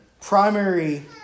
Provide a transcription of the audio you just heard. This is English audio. primary